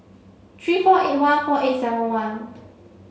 three four eight one four eight seven one